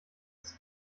ist